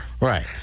Right